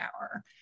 hour